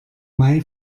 may